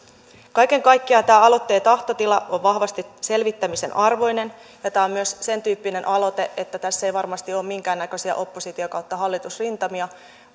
kaiken kaikkiaan tämän aloitteen tahtotila on vahvasti selvittämisen arvoinen ja tämä on myös sentyyppinen aloite että tässä ei varmasti ole minkäännäköisiä oppositio hallitus rintamia